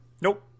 nope